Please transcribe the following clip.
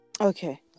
Okay